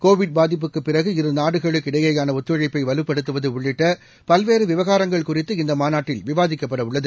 Covid பாதிப்புக்கு பிறகு இரு நாடுகளுக்கு இடையேயான ஒத்துழைப்பை வலுப்படுத்துவது உள்ளிட்ட பல்வேறு விவகாரங்கள் குறித்து இந்த மாநாட்டில் விவாதிக்கப்படவுள்ளது